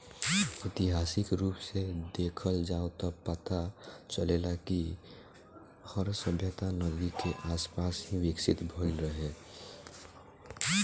ऐतिहासिक रूप से देखल जाव त पता चलेला कि हर सभ्यता नदी के आसपास ही विकसित भईल रहे